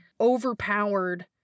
overpowered